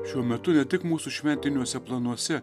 šiuo metu ne tik mūsų šventiniuose planuose